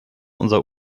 unser